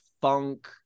funk